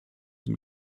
den